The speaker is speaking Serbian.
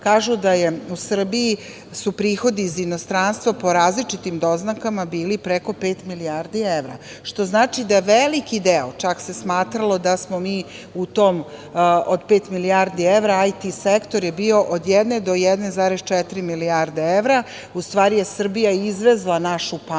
kažu da su u Srbiji prihodi iz inostranstva po različitim doznakama bili preko pet milijardi evra, što znači da veliki deo, čak se smatralo da smo mi u tom od pet milijardi evra, IT sektor je bio od 1 do 1,4 milijarde evra, u stvari je Srbija izvezla našu pamet